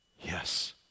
Yes